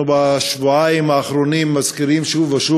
בשבועיים האחרונים אנחנו מזכירים שוב ושוב